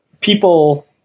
people